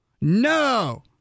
no